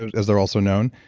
as they're also known,